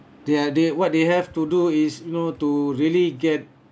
they are they what they have to do is you know to really get